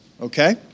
okay